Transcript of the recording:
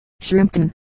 Shrimpton